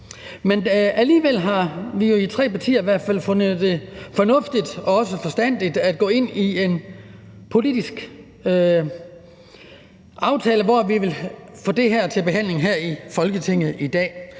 Alligevel har vi tre partier i hvert fald fundet det fornuftigt og også forstandigt at gå ind i en politisk aftale, hvor vi vil få det her til behandling her i Folketinget i dag.